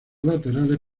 laterales